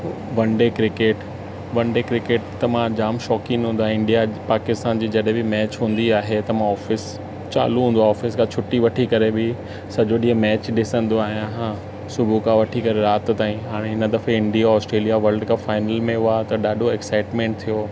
one day cricket one day cricket त मां जाम शौंकीन हूंदो आहियां इंडिया पाकिस्तान जी जॾहिं बि मैच हूंदी आहे त मां ऑफिस चालू हूंदो आहे ऑफिस खां छुटी वठी करे बि सॼो ॾींहुं मैच ॾिसंदो आहियां हां सुबुह खां वठी राति ताईं हाणे हिन दफ़े India Australia world cup final में हुआ त ॾाढो एक्साइट्मेंट थियो